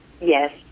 Yes